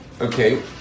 Okay